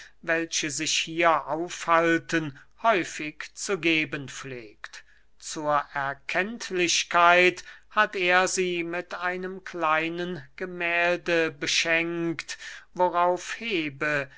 welche sich hier aufhalten häufig zu geben pflegt zur erkenntlichkeit hat er sie mit einem kleinen gemählde beschenkt worauf hebe